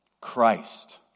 Christ